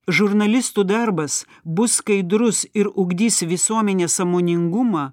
žurnalistų darbas bus skaidrus ir ugdys visuomenės sąmoningumą